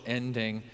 ending